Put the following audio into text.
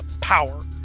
power